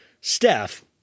Steph